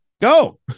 go